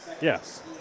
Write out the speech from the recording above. yes